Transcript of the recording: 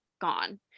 gone